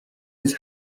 his